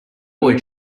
boy